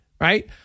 Right